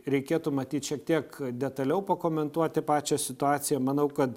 reikėtų matyt šiek tiek detaliau pakomentuoti pačią situaciją manau kad